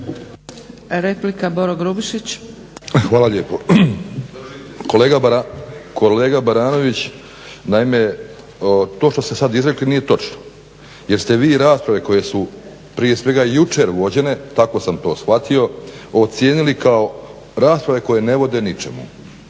Boro (HDSSB)** Hvala lijepo. Kolega Baranović, naime to što ste sad izrekli nije točno jer ste vi rasprave koje su prije svega jučer vođene, tako sam to shvatio, ocijenili kao rasprave koje ne vode ničemu,